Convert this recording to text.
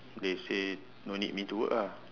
they say don't need me to work ah